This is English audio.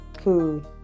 Food